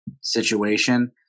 situation